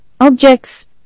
objects